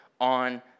on